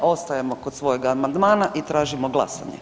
Ostajemo kod svojeg Amandmana i tražimo glasovanje.